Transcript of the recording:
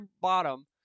bottom